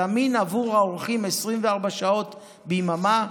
שזמין עבור האורחים 24 שעות ביממה,